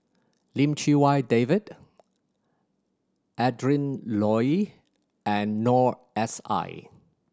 Lim Chee Wai David Adrin Loi and Noor S I